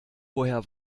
woher